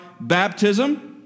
baptism